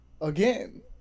again